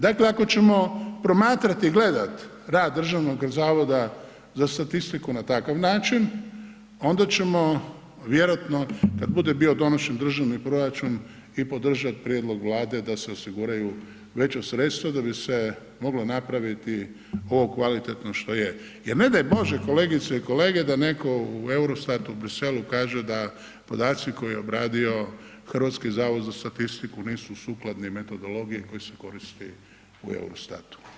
Dakle, ako ćemo promatrat i gledat rad Državnog zavoda za statistiku na takav način, onda ćemo vjerojatno kad bude bio donošen državni proračun i podržat prijedlog Vlade da se osiguraju veća sredstva da bi se moglo napraviti ovo kvalitetno što je jer ne daj Bože kolegice i kolege da netko u Eurostatu u Briselu kaže da podaci koje je obradio Hrvatski zavod za statistiku nisu sukladni metodologiji koja se koristi u Eurostatu.